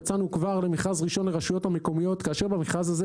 יצאנו כבר למכרז ראשון לרשויות המקומיות כאשר במכרז הזה